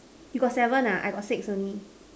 you got seven ah I got six only